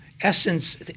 Essence